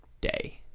day